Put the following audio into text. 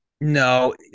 No